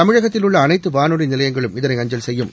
தமிழகத்தில் உள்ளஅனைத்துவானொலிநிலையங்களும் இதனை அஞ்சல் செய்யும்